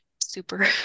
super